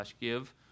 give